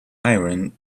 iron